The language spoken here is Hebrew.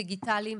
דיגיטליים,